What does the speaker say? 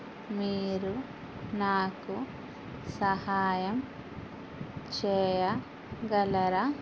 మీరు నాకు సహాయం చేయగలరా